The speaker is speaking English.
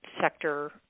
sector